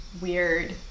Weird